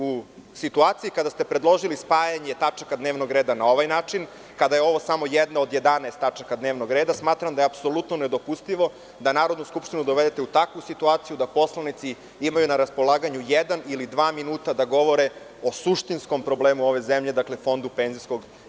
U situaciji kada ste predložili spajanje tačaka dnevnog reda na ovaj način, kada je ovo samo jedna od 11 tačaka dnevnog reda, smatram da je apsolutno nedopustivo da Narodnu skupštinu dovedete u takvu situaciju da poslanici imaju na raspolaganju jedan ili dva minuta da govore o suštinskom problemu ove zemlje, Fondu PIO.